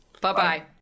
bye-bye